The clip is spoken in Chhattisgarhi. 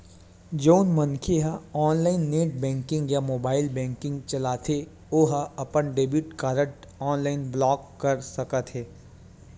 जउन मनखे ह ऑनलाईन नेट बेंकिंग या मोबाईल बेंकिंग चलाथे ओ ह अपन डेबिट कारड ऑनलाईन ब्लॉक कर सकत हे